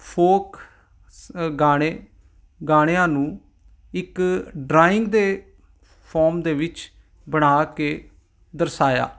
folk ਸ ਗਾਣੇ ਗਾਣਿਆਂ ਨੂੰ ਇੱਕ ਡਰਾਇੰਗ ਦੇ ਫੋਰਮ ਦੇ ਵਿੱਚ ਬਣਾ ਕੇ ਦਰਸਾਇਆ